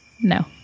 No